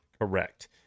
Correct